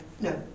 no